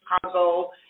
Chicago